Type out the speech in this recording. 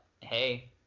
hey